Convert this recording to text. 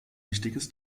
wichtiges